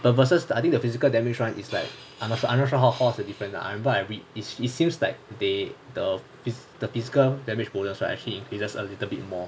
the versus that I think the physical damage [one] is like I'm not sure I'm not sure how much is the different ah I remember I read it it seems that they the the physical damage bonus right actually increases a little bit more